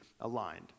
aligned